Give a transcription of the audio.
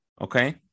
Okay